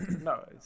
No